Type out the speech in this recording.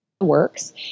works